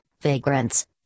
vagrants